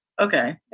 Okay